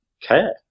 care